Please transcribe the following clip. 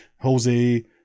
Jose